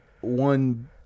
one